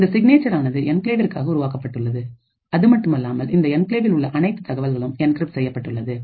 இந்த சிக்னேச்சர் ஆனது என்கிளேவிற்காக உருவாக்கப்பட்டது அதுமட்டுமல்லாமல் இந்த என்கிளேவில் உள்ள அனைத்து தகவல்களும் என்கிரிப்ட் செய்யப்பட்டுள்ளது